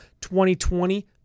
2020